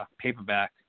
paperback